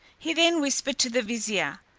he then whispered to the vizier,